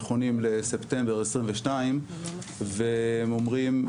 נכונים לספטמבר 22 והם אומרים,